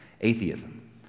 atheism